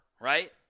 right